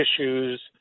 Issues